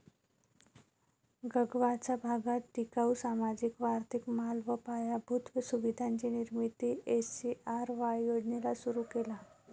गगावाचा भागात टिकाऊ, सामाजिक व आर्थिक माल व पायाभूत सुविधांची निर्मिती एस.जी.आर.वाय योजनेला सुरु केला